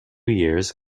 years